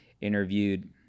interviewed